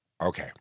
Okay